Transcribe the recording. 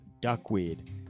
duckweed